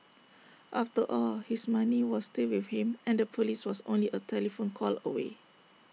after all his money was still with him and the Police was only A telephone call away